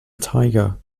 tiger